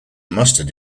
mustard